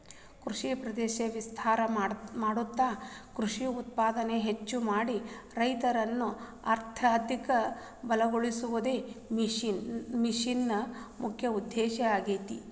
ಕೃಷಿ ಪ್ರದೇಶ ವಿಸ್ತಾರ ಮಾಡ್ತಾ ಕೃಷಿ ಉತ್ಪಾದನೆನ ಹೆಚ್ಚ ಮಾಡಿ ರೈತರನ್ನ ಅರ್ಥಧಿಕವಾಗಿ ಬಲಗೋಳಸೋದು ಮಿಷನ್ ನ ಮುಖ್ಯ ಉದ್ದೇಶ ಆಗೇತಿ